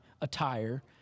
attire